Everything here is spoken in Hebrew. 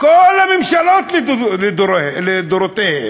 כל הממשלות לדורותיהן.